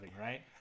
right